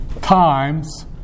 times